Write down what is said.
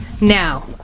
now